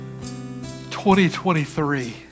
2023